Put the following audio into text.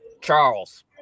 Charles